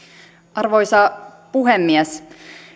arvoisa puhemies